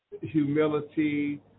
humility